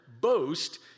boast